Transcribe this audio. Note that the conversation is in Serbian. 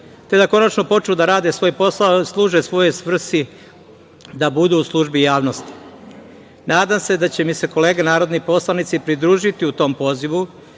te da konačno počnu da rade svoj posao, služe svojoj svrsi – da budu u službi javnosti. Nadam se da će mi se kolege narodni poslanici pridružiti u tom pozivu,